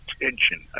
attention